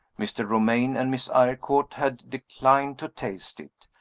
mr. romayne and miss eyrecourt had declined to taste it.